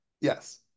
Yes